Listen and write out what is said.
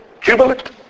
jubilant